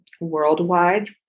worldwide